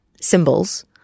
symbols